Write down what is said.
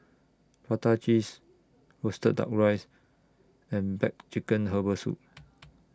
Prata Cheese Roasted Duck Rice and Black Chicken Herbal Soup